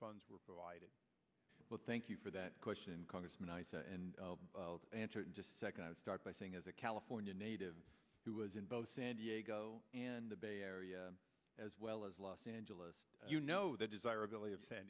funds were provided with thank you for that question congressman i answered second start by saying as a california native who was in both san diego and the bay area as well as los angeles you know the desirability of